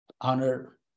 honor